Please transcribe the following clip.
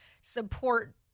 support